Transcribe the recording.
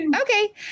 Okay